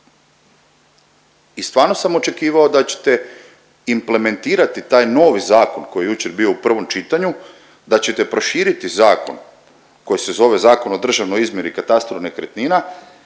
i stvarno sam očekivao da ćete implementirati taj novi zakon koji je jučer bio u prvom čitanju, da ćete proširiti zakon koji se zove Zakon o državnoj izmjeri i katastru nekretnina